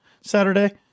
Saturday